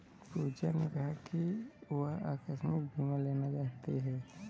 पूजा ने कहा कि वह आकस्मिक बीमा लेना चाहती है